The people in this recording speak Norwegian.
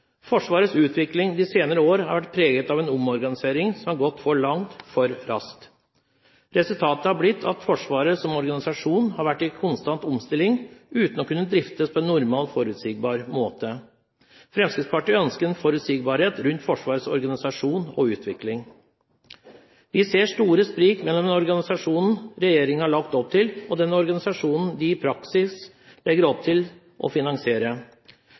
Forsvarets utvikling de senere år har vært preget av en omorganisering som har gått for langt, for raskt. Resultatet har blitt at Forsvaret som organisasjon har vært i en konstant omstilling uten å kunne driftes på en normal, forutsigbar måte. Fremskrittspartiet ønsker en forutsigbarhet rundt Forsvarets organisasjon og utvikling. Vi ser store sprik mellom den organisasjonen regjeringen har lagt opp til, og den organisasjonen de i praksis legger opp til å finansiere.